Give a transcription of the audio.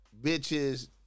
bitches